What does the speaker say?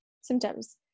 symptoms